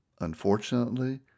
unfortunately